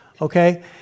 Okay